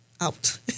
out